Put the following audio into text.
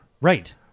Right